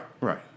Right